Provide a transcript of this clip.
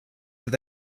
that